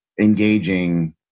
engaging